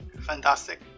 fantastic